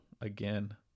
again